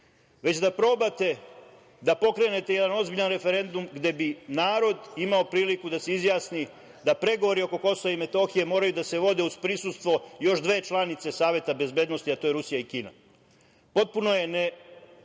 već da probate da pokrenete jedan ozbiljan referendum gde bi narod imao priliku da se izjasni, da pregovori oko KiM moraju da se vode uz prisustvo još dve članice Saveta bezbednosti, a to su Rusija i Kina. Potpuno je ne